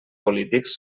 polítics